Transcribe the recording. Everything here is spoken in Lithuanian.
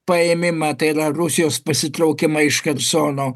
paėmimą tai yra rusijos pasitraukimą iš chersono